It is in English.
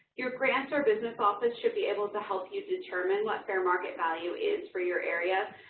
your grant or business office should be able to help you determine what fair market value is for your area.